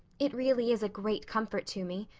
it really is a great comfort to me.